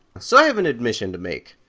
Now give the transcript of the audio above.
so i have an admission to make.